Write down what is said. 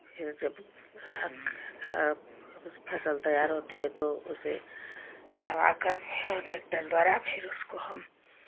फिर जब फसल तैयार होती है तो उसे दबाकर फिर ट्रैक्टर द्वारा फिर उसको हम